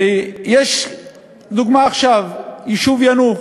ויש דוגמה עכשיו, היישוב יאנוח,